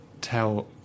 tell